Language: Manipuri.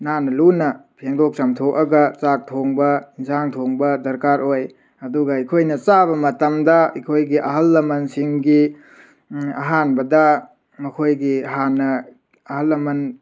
ꯅꯥꯟꯅ ꯂꯨꯅ ꯐꯦꯡꯗꯣꯛ ꯆꯥꯝꯊꯣꯛꯑꯒ ꯆꯥꯛ ꯊꯣꯡꯕ ꯌꯦꯟꯁꯥꯡ ꯊꯣꯡꯕ ꯗꯔꯀꯥꯔ ꯑꯣꯏ ꯑꯗꯨꯒ ꯑꯩꯈꯣꯏꯅ ꯆꯥꯕ ꯃꯇꯝꯗ ꯑꯩꯈꯣꯏꯒꯤ ꯑꯍꯜ ꯂꯃꯟꯁꯤꯡꯒꯤ ꯑꯍꯥꯟꯕꯗ ꯃꯈꯣꯏꯒꯤ ꯍꯥꯟꯅ ꯑꯍꯜ ꯂꯃꯟ